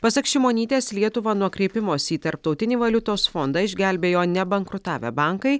pasak šimonytės lietuvą nuo kreipimosi į tarptautinį valiutos fondą išgelbėjo ne bankrutavę bankai